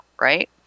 right